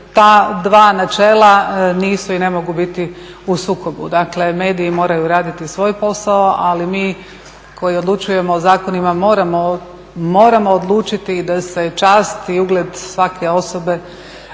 ta dva načela nisu i ne mogu biti u sukobu. Dakle mediji moraju raditi svoj posao, ali mi koji odlučujemo o zakonima moramo odlučiti da se čast i ugled svake osobe